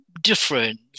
different